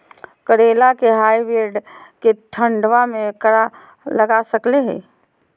करेला के हाइब्रिड के ठंडवा मे लगा सकय हैय?